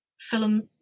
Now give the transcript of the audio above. film